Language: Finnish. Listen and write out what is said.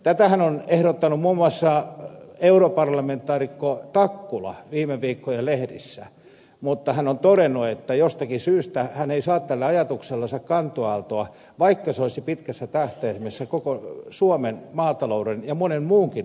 tätähän on ehdottanut muun muassa europarlamentaarikko takkula viime viikkojen lehdissä mutta hän on todennut että jostakin syystä hän ei saa tälle ajatuksellensa kantoaaltoa vaikka se olisi pitkässä tähtäimessä koko suomen maatalouden ja monen muunkin asian etu